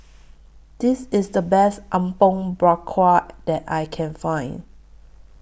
This IS The Best Apom Berkuah that I Can Find